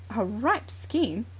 a ripe scheme,